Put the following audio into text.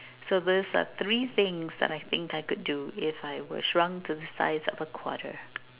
so this are three things that I think I could do if I were shrunk to the size of a quarter